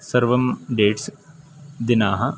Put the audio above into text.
सर्वं डेट्स् दिनाः